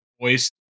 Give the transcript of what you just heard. voice